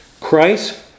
Christ